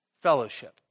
fellowship